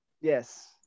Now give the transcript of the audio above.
yes